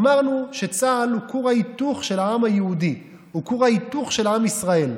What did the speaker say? אמרנו שצה"ל הוא כור ההיתוך של העם היהודי,